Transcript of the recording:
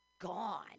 gone